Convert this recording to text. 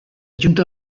junta